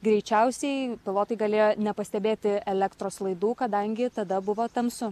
greičiausiai pilotai galėjo nepastebėti elektros laidų kadangi tada buvo tamsu